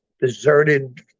deserted